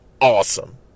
awesome